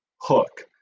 Hook